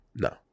No